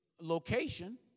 location